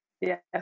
Yes